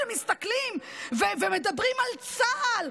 שמסתכלים ומדברים על צה"ל,